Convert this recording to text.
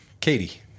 Katie